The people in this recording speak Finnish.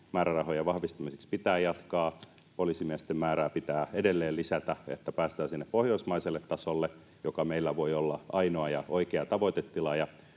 määrärahojen vahvistamiseksi pitää jatkaa. Poliisimiesten määrää pitää edelleen lisätä, että päästään sinne pohjoismaiselle tasolle, joka meillä voi olla ainoa ja oikea tavoitetila.